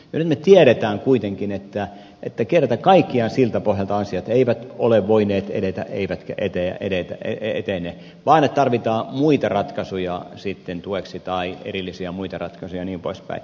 nyt me kuitenkin tiedämme että kerta kaikkiaan siltä pohjalta asiat eivät ole voineet edetä eivätkä etene vaan tarvitaan muita ratkaisuja tueksi tai erillisiä muita ratkaisuja jnp